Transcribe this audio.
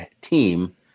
team